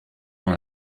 dans